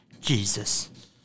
Jesus